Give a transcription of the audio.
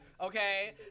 Okay